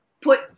put